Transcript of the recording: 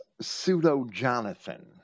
Pseudo-Jonathan